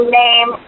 name